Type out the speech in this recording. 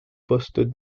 poste